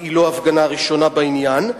היא לא הפגנה ראשונה בעניין,